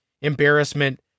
embarrassment